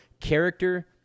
character